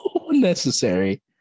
unnecessary